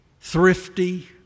thrifty